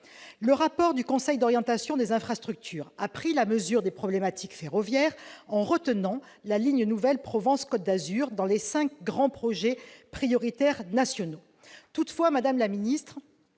Le rapport du Conseil d'orientation des infrastructures a pris la mesure des problématiques ferroviaires en retenant la ligne nouvelle Provence-Côte d'Azur dans les cinq grands projets prioritaires nationaux. Toutefois, madame la ministre,